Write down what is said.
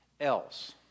else